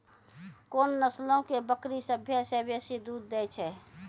कोन नस्लो के बकरी सभ्भे से बेसी दूध दै छै?